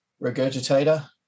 Regurgitator